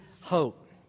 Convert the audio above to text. hope